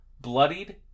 bloodied